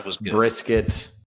brisket